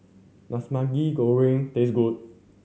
does Maggi Goreng taste good